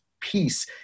peace